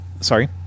Sorry